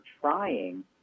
trying